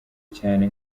cyane